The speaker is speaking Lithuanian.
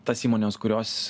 tas įmones kurios